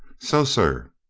so, sir,